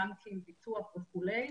בנקים, ביטוח וכו'.